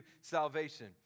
salvation